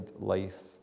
life